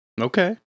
Okay